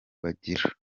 bagira